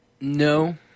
No